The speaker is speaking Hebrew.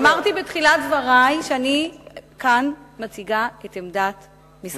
אמרתי בתחילת דברי שאני מציגה כאן את עמדת משרד התיירות.